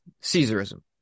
Caesarism